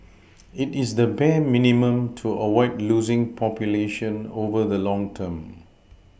it is the bare minimum to avoid losing population over the long term